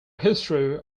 history